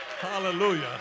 Hallelujah